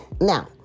Now